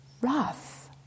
rough